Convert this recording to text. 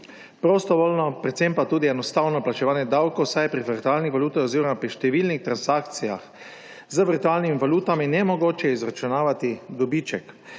prostovoljno, predvsem pa tudi enostavno plačevanje davkov, saj je pri virtualnih valutah oziroma pri številnih transakcijah z virtualnimi valutami nemogoče izračunavati dobiček.